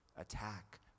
attack